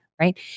right